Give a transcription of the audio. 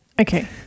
Okay